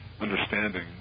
understanding